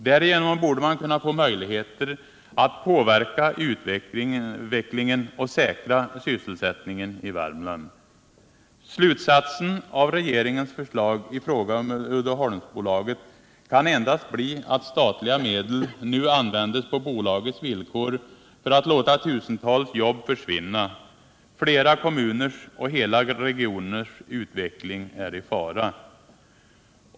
Därigenom borde man kunna få möjligheter att påverka utvecklingen och säkra sysselsättningen i Värmland. Slutsatsen av regeringens förslag i fråga om Uddeholmsbolaget kan endast bli att statliga medel nu används på bolagens villkor för att låta tusentals jobb försvinna. Flera kommuners och hela regioners utveckling är i fara.